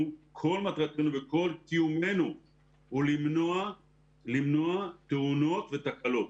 וכל קיומנו הוא למנוע תאונות ותקלות